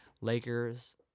Lakers